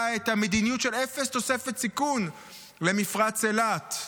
את המדיניות של אפס תוספת סיכון למפרץ אילת,